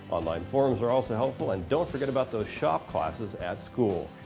online forums are also helpful, and don't forget about those shop classes at school.